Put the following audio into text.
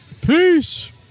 Peace